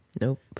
Nope